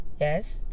Yes